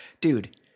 dude